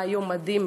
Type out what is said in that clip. היה יום מדהים,